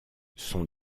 son